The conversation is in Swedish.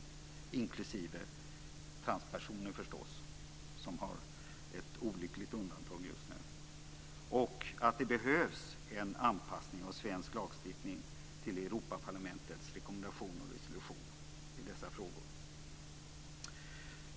Det innefattar förstås transpersoner som just nu utgör ett olyckligt undantag. Det behövs en anpassning av svensk lagstiftning till Europaparlamentets rekommendation och resolution i dessa frågor.